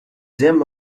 damned